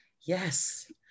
Yes